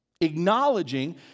Acknowledging